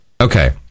Okay